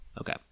Okay